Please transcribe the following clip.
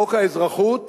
חוק האזרחות,